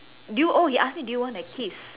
do you oh he ask me do you want a kiss